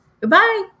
Goodbye